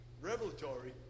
revelatory